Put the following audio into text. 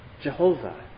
Jehovah